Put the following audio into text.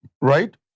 Right